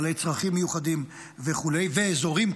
בעלי צרכים מיוחדים וכו' באזורים,